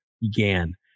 began